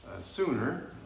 sooner